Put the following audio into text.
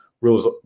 rules